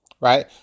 right